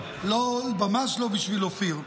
ממש לא בשביל אופיר.